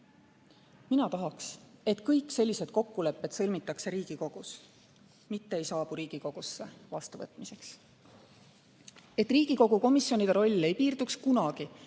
Mina tahaks, et kõik sellised kokkulepped sõlmitakse Riigikogus, mitte ei saabuks Riigikogusse vastuvõtmiseks. Et Riigikogu komisjonide roll ei piirduks kunagi